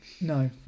no